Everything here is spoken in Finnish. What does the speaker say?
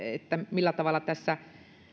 millä tavalla tässä